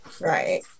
Right